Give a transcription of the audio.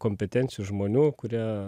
kompetencijų žmonių kurie